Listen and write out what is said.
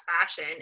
fashion